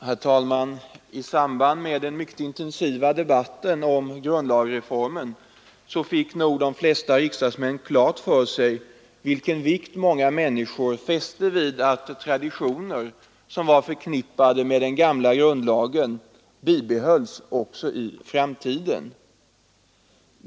Herr talman! I samband med den mycket intensiva debatten om grundlagsreformen fick nog de flesta riksdagsmän klart för sig, vilken vikt många människor fäster vid att traditioner som är förknippade med den gamla grundlagen bibehålls också i framtiden.